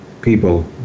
people